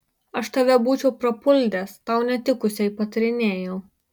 aš tave būčiau prapuldęs tau netikusiai patarinėjau